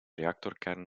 reactorkern